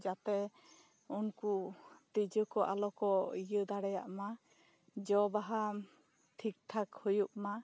ᱡᱟᱛᱮ ᱩᱱᱠᱩ ᱛᱤᱡᱩ ᱠᱚ ᱟᱞᱚ ᱠᱚ ᱤᱭᱟᱹ ᱫᱟᱲᱮᱭᱟᱜ ᱢᱟ ᱡᱚ ᱵᱟᱦᱟ ᱴᱷᱤᱠ ᱴᱷᱟᱠ ᱦᱩᱭᱩᱜᱼᱢᱟ